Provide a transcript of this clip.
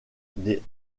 des